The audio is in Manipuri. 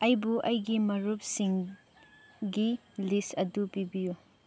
ꯑꯩꯕꯨ ꯑꯩꯒꯤ ꯃꯔꯨꯞꯁꯤꯡꯒꯤ ꯂꯤꯁ ꯑꯗꯨ ꯄꯤꯕꯤꯌꯨ